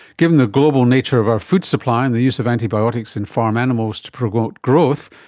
given the global nature of our food supply and the use of antibiotics in farm animals to promote growth,